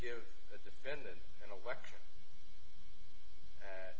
give the defendant an election